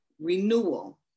renewal